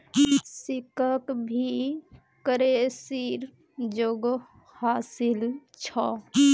सिक्काक भी करेंसीर जोगोह हासिल छ